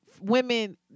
women